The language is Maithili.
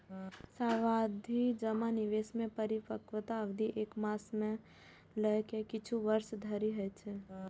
सावाधि जमा निवेश मे परिपक्वता अवधि एक मास सं लए के किछु वर्ष धरि होइ छै